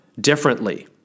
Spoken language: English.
differently